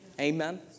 Amen